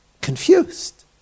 confused